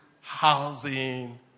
housing